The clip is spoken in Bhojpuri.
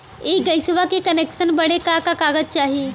इ गइसवा के कनेक्सन बड़े का का कागज चाही?